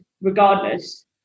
regardless